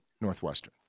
Northwestern